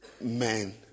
men